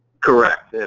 correct,